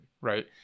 right